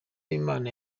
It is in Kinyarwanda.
imana